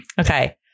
Okay